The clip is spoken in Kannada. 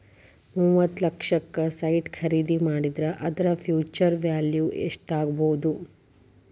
ಮೂವತ್ತ್ ಲಕ್ಷಕ್ಕ ಸೈಟ್ ಖರಿದಿ ಮಾಡಿದ್ರ ಅದರ ಫ್ಹ್ಯುಚರ್ ವ್ಯಾಲಿವ್ ಯೆಸ್ಟಾಗ್ಬೊದು?